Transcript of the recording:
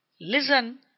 listen